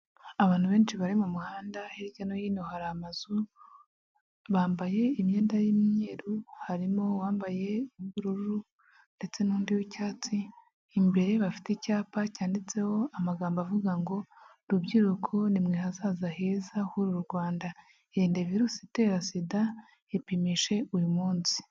Abantu benshi bari mu muhanda, hirya no hino hari amazu, bambaye imyenda y'imyeru, harimo uwambaye uwubururu ndetse n'undi w'icyatsi, imbere bafite icyapa cyanditseho amagambo avuga ngo: "rubyiruko nimwe hazaza heza h'uru Rwanda, irinde virusi itera Sida, ipimishe uyu munsi."